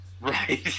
Right